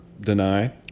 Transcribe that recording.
deny